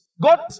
God